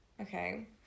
Okay